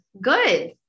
good